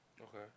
Okay